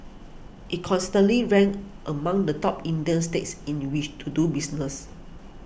it consistently ranks among the top Indian states in which to do business